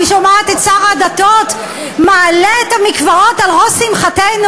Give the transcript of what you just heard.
אני שומעת את שר הדתות מעלה את המקוואות על ראש שמחתנו,